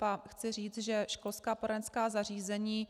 A chci říct, že školská poradenská zařízení